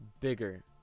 bigger